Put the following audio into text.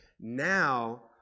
Now